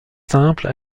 simples